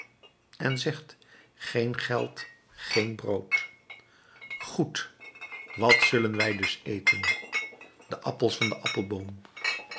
en zegt geen geld geen brood goed wat zullen wij dus eten de appels van den appelboom